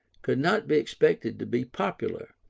could not be expected to be popular